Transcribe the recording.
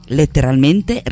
letteralmente